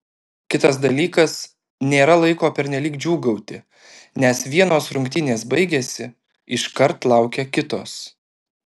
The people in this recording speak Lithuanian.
kitas dalykas nėra laiko pernelyg džiūgauti nes vienos rungtynės baigėsi iškart laukia kitos